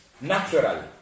natural